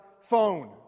phone